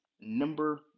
number